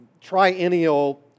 triennial